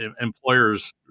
employers